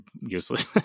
useless